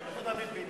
למה לא פנית?